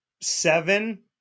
seven